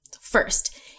First